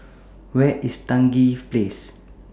Where IS Stangee Place